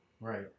Right